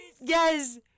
Yes